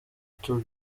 tour